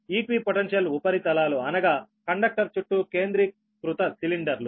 సమాన సంభావ్యత ఉపరితలాలు అనగా కండక్టర్ చుట్టూ కేంద్రీకృత సిలిండర్లు